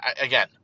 again